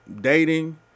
dating